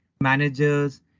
managers